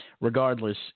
Regardless